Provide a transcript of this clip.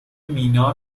مینا